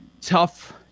Tough